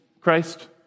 Christ